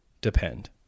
depend